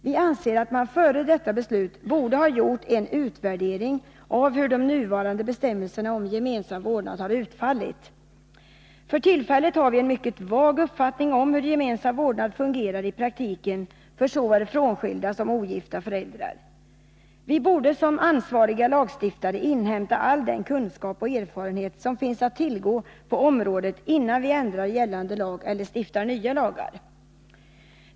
Vi anser att man före detta beslut borde ha gjort en utvärdering av hur de nuvarande bestämmelserna om gemensam vårdnad har utfallit. För tillfället har man en mycket vag uppfattning om hur gemensam vårdnad fungerar i praktiken för såväl frånskilda som ogifta föräldrar. Som ansvariga lagstiftare borde vi inhämta all den kunskap och erfarenhet som finns att tillgå på området, innan vi ändrar gällande lag eller stiftar nya lagar.